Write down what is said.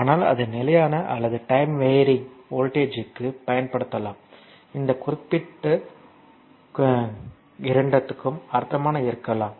ஆனால் இது நிலையான அல்லது டைம் வெரியிங் வோல்ட்டேஜ்க்கு பயன்படுத்தப்படலாம் இந்த குறியீட்டு இரண்டுத்துக்கும் அர்த்தமாக இருக்கலாம்